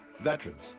Veterans